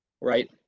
right